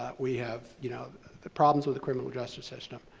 we have you know the problems with the criminal justice system.